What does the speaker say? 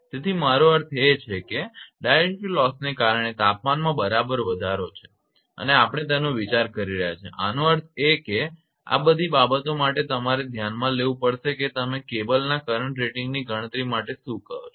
તેથી મારો અર્થ એ છે કે તે ડાઇલેક્ટ્રિક લોસને કારણે તાપમાનમાં બરાબર વધારો છે અને આપણે તેનો વિચાર કરી રહ્યા છીએ આનો અર્થ એ કે આ બધી બાબતો માટે તમારે ધ્યાનમાં લેવું પડશે કે તમે કેબલના કરંટ રેટિંગની ગણતરી માટે શું કહો છો